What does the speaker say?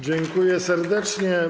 Dziękuję serdecznie.